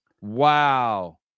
Wow